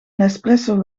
nespresso